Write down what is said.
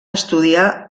estudiar